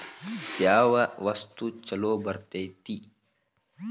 ಯಾವ ವಸ್ತು ಛಲೋ ಬರ್ತೇತಿ?